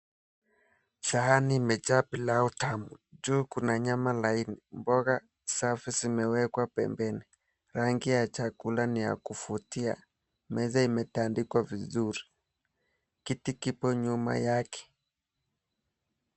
Sahani imejaa pilau tamu juu kuna nyama laini, mboga safi zimewekwa pembeni, rangi ya chakula ni ya kuvutia, meza imetandikwa vizuri kiti kipo nyuma yake.